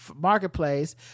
marketplace